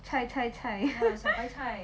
菜菜菜 ppl